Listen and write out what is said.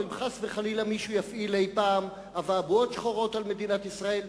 או אם חס וחלילה מישהו יפעיל אי-פעם אבעבועות שחורות על מדינת ישראל,